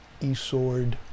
eSword